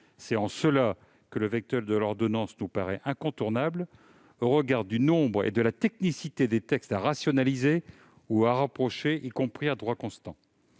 C'est en cela que le vecteur de l'ordonnance nous paraît incontournable, au regard du nombre et de la technicité des textes à rationaliser ou à rapprocher, y compris à droit constant.